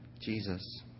Jesus